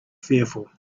fearful